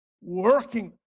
Working